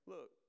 Look